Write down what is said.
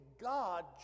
God